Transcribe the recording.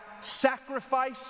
sacrifice